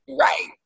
Right